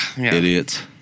Idiots